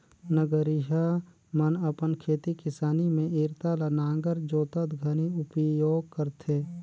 नगरिहा मन अपन खेती किसानी मे इरता ल नांगर जोतत घनी उपियोग करथे